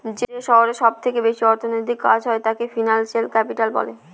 যে শহরে সব থেকে বেশি অর্থনৈতিক কাজ হয় তাকে ফিনান্সিয়াল ক্যাপিটাল বলে